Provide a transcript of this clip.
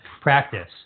practice